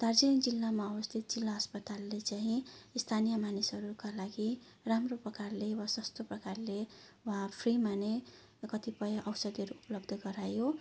दार्जिलिङ जिल्लामा अवस्थित जिल्ला अस्पतालले चाहिँ स्थानीय मानिसहरूका लागि राम्रो प्रकारले वा सस्तो प्रकारले वा फ्रीमा नै कतिपय औषधीहरू उपलब्ध गरायो